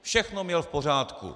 Všechno měl v pořádku.